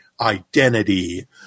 identity